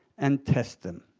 and test them.